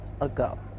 ago